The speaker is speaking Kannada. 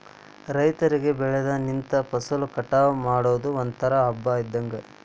ರೈತರಿಗೆ ಬೆಳದ ನಿಂತ ಫಸಲ ಕಟಾವ ಮಾಡುದು ಒಂತರಾ ಹಬ್ಬಾ ಇದ್ದಂಗ